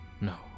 No